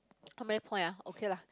how many point ah okay lah